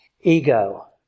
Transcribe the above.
ego